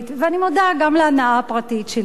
ואני מודה: גם להנאה הפרטית שלי.